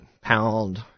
Pound